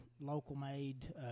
local-made